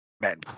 man